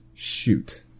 Shoot